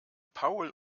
paul